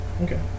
Okay